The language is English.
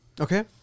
Okay